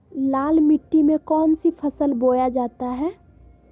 लाल मिट्टी में कौन सी फसल बोया जाता हैं?